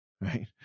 right